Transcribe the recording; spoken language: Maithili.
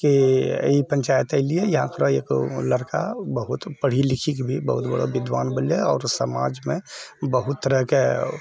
कि ई पञ्चायत अइली यहाँ कऽ एगो लड़का बहुत पढ़ी लिखीके भी बहुत बड़ा विद्वान बनि जाइ आओर समाजमे बहुत तरहके